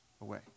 away